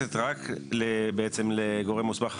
מתייחסת רק בעצם לגורם מוסמך,